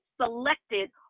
selected